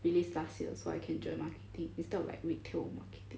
released last year so I can join marketing instead of like retail marketing